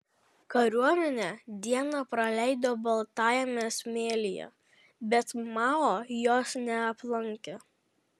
kariuomenė dieną praleido baltajame smėlyje bet mao jos neaplankė